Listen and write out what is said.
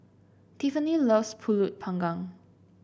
Tiffanie loves pulut Panggang